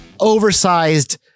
oversized